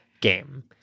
game